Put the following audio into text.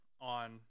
on